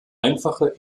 einfache